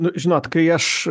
nu žinot kai aš